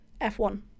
F1